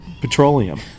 Petroleum